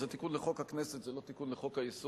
זה תיקון לחוק הכנסת, זה לא תיקון לחוק-היסוד.